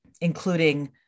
including